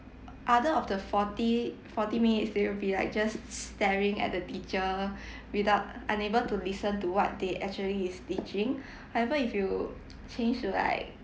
other of the forty forty minutes they will be like just starring at the teacher without unable to listen to what they actually is teaching however if you change to like